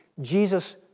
Jesus